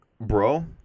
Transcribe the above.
bro